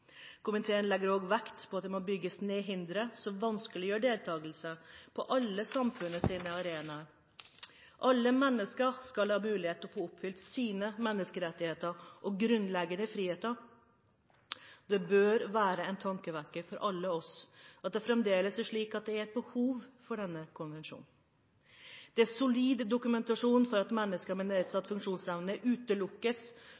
Komiteen legger også vekt på at det må bygges ned hindre som vanskeliggjør deltakelse på alle samfunnets arenaer. Alle mennesker skal ha mulighet til å få oppfylt sine menneskerettigheter og grunnleggende friheter. Det bør være en tankevekker for oss alle at det fremdeles er slik at det er et behov for denne konvensjonen. Det er solid dokumentasjon for at mennesker med